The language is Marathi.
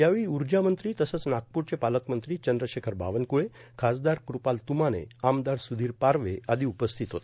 यावेळी उर्जा मंत्री तसंच नागपूरचे पालकमंत्री चंद्रशेखर बावनकुळे खासदार कृपाल तुमाने आमदार सुधीर पारवे आदी उपस्थित होते